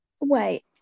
Wait